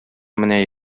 менә